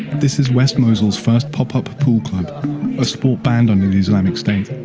this is west mosul's first pop-up pool club a sport banned under the islamic state.